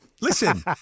Listen